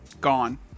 gone